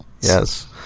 Yes